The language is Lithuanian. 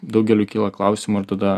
daugeliui kyla klausimų ir tada